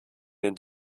den